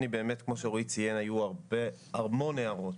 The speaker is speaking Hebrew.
כמו שרועי ציין, היו המון הערות.